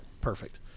perfect